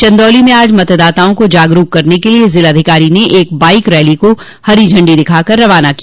चन्दौली में आज मतदाताओं को जागरूक करने के लिये जिलाधिकारी ने एक बाईक रैली को हरी झंडी दिखा कर रवाना किया